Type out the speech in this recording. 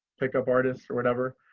pickup artists or whatever.